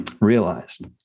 realized